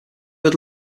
had